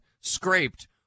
scraped